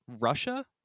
Russia